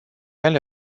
ele